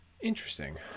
interesting